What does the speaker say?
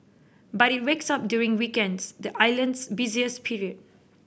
but it wakes up during weekends the island's busiest period